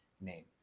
name